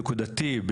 נקודתי,